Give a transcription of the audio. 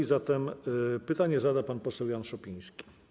A zatem pytanie zada pan poseł Jan Szopiński.